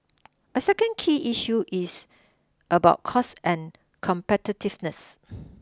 a second key issue is about costs and competitiveness